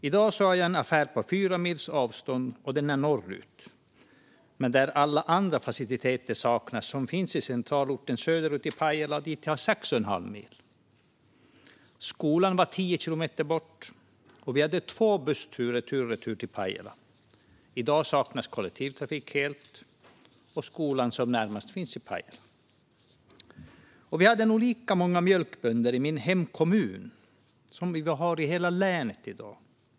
I dag har jag en affär på fyra mils avstånd, och den ligger norrut men saknar alla andra faciliteter som finns i centralorten söderut, Pajala, dit jag har sex och en halv mil. Skolan låg tio kilometer bort, och vi hade två bussturer tur och retur till Pajala. I dag saknas kollektivtrafik helt, och den närmaste skolan finns i Pajala. Vi hade nog lika många mjölkbönder i min hemkommun som vi har i hela länet i dag.